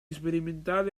sperimentali